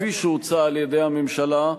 כפי שהוצע על-ידי הממשלה,